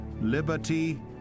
liberty